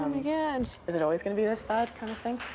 yeah and is it always going to be this bad kind of thing?